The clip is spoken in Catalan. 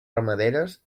ramaderes